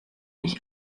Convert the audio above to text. ich